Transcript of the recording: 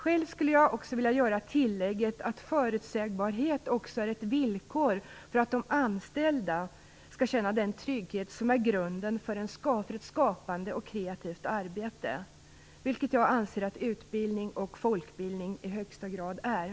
Jag skulle själv vilja göra tillägget att förutsägbarhet också är ett villkor för att de anställda skall känna den trygghet som är grunden för ett skapande och kreativt arbete - vilket jag anser att utbildning och folkbildning i högsta grad är.